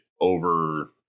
over